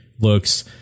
looks